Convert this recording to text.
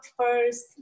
first